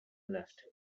left